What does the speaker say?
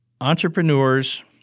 Entrepreneurs